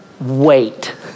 wait